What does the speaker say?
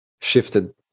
shifted